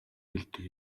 хэлдэг